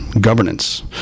governance